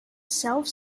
self